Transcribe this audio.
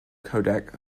codec